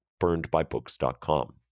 burnedbybooks.com